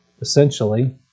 essentially